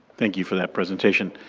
thank you for that presentation.